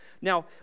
now